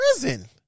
prison